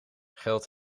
geld